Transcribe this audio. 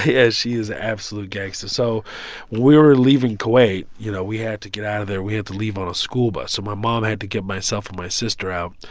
yeah. she is a absolute gangster. so when we were leaving kuwait you know, we had to get out of there. we had to leave on a school bus. and my mom had to get myself and my sister out,